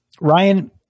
Ryan